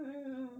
mm mm